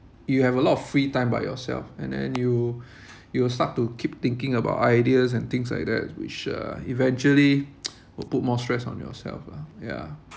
you have a lot of free time by yourself and then you you will start to keep thinking about ideas and things like that which uh eventually will put more stress on yourself lah ya